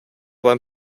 beim